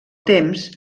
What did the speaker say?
temps